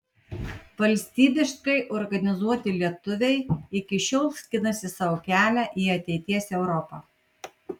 valstybiškai organizuoti lietuviai iki šiol skinasi sau kelią į ateities europą